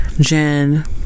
Jen